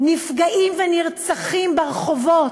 נפגעים ונרצחים ברחובות,